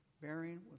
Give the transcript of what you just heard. Bearing